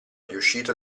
riuscita